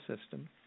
system